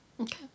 Okay